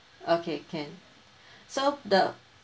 okay can so the